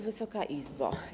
Wysoka Izbo!